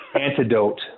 antidote